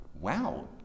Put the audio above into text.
Wow